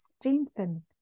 strengthen